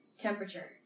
temperature